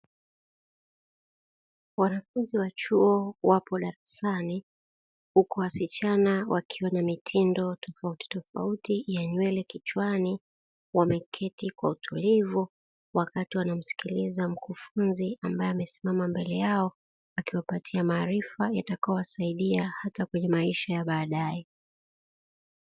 Wanafunzi wa chuo wapo darasani, huku wasichana wakiwa na mitindo tofautitofauti ya nywele kichwani, wameketi kwa utulivu wakati wanamsikiliza mkufunzi ambaye amesimama mbele yao akiwapatia maarifa yatakayowasaidia, hata kwenye maisha ya baadaye.